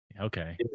Okay